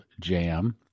jam